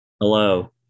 Hello